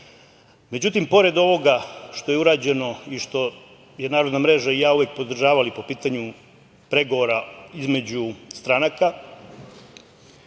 narod.Međutim, pored ovoga što je urađeno i što je Narodna mreža i ja uvek podržavali po pitanju pregovora između stranaka,